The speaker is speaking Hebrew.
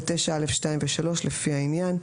ו-9(א)(2) ו-(3), לפי העניין.